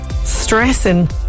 Stressing